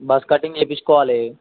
bus cutting చేపించుకోవాలి